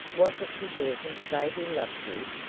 was it to hear him say he loved you?